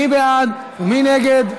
מי בעד ומי נגד?